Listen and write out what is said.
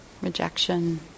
rejection